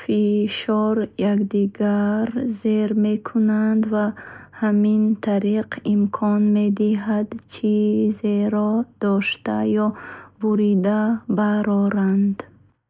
фишор якдигарро зер мекунанд ва ҳамин тариқ имкон медиҳанд чизеро дошта ё бурида бароранд.